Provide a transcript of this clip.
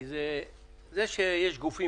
זה שיש פה גופים